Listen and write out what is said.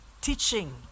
teaching